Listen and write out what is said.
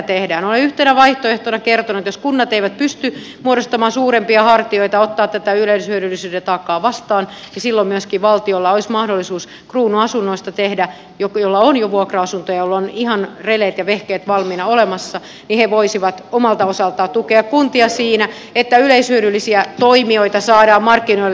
olen yhtenä vaihtoehtona kertonut että jos kunnat eivät pysty muodostamaan suurempia hartioita ottaa tätä yleishyödyllisyyden taakkaa vastaan niin silloin myöskin valtiolla olisi mahdollisuus kruunuasunnoissa jolla on jo vuokra asuntoja ja jolla on ihan releet ja vehkeet valmiina olemassa ja he voisivat omalta osaltaan tukea kuntia siinä että yleishyödyllisiä toimijoita saadaan markkinoille